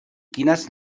quines